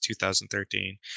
2013